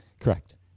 correct